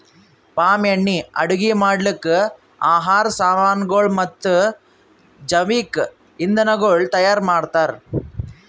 palm ಎಣ್ಣಿ ಅಡುಗಿ ಮಾಡ್ಲುಕ್, ಆಹಾರ್ ಸಾಮನಗೊಳ್ ಮತ್ತ ಜವಿಕ್ ಇಂಧನಗೊಳ್ ತೈಯಾರ್ ಮಾಡ್ತಾರ್